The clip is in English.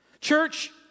Church